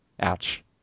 ouch